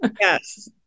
Yes